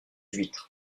huîtres